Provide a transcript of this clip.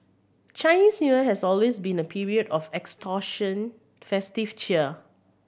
Chinese New Year has always been a period of extortion festive cheer